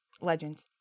legend